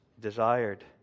desired